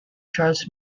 charles